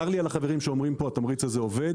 צר לי על החברים פה שאומרים פה התמריץ הזה עובד,